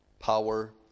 power